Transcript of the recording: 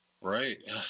Right